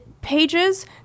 pages